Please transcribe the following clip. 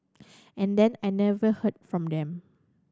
and then I never heard from them